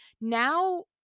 Now-